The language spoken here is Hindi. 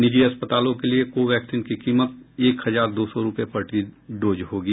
निजी अस्पतालों के लिए को वैक्सीन की कीमत एक हजार दो सौ रुपये प्रति डोज होगी